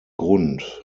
grund